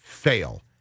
Fail